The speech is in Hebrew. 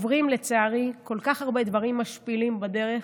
עוברים לצערי כל כך הרבה דברים משפילים בדרך,